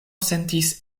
sentis